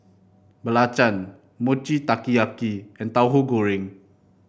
Belacan Mochi Taiyaki and Tahu Goreng